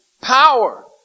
power